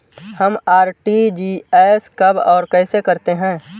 हम आर.टी.जी.एस कब और कैसे करते हैं?